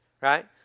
right